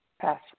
Pass